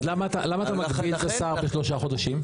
אז למה אתה מגביל את השר בשלושה חודשים?